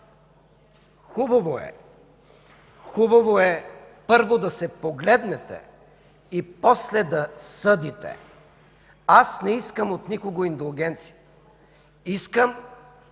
позицията. Хубаво е първо да се погледнете и после да съдите. Аз не искам от никого индулгенция. Искам